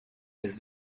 his